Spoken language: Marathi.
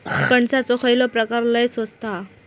कणसाचो खयलो प्रकार लय स्वस्त हा?